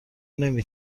نمی